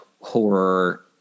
horror